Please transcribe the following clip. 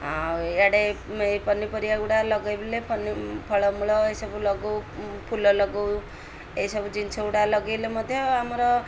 ଆଉ ଇଆଡ଼େ ଏଇ ପନିପରିବା ଗୁଡ଼ା ଲଗାଇଲେ ଫଳମୂଳ ଏସବୁ ଲଗଉ ଫୁଲ ଲଗଉ ଏସବୁ ଜିନିଷ ଗୁଡ଼ା ଲଗେଇଲେ ମଧ୍ୟ ଆମର